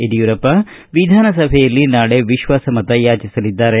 ಯಡಿಯೂರಪ್ಪ ವಿಧಾನಸಭೆಯಲ್ಲಿ ನಾಳೆ ವಿಶ್ವಾಸಮತ ಯಾಚಿಸಲಿದ್ದಾರೆ